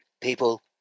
People